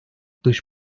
dış